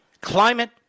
Climate